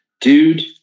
Dude